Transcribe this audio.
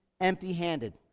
empty-handed